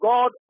God